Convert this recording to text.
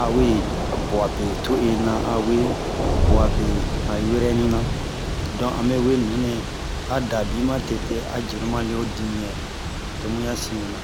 awe buwa be to'ini na awe buwa be ni han yoroyɛni na don ame we nunɛ a da luwi ma tete a jenu ma le ho dimiyan tomu ya sin mɛna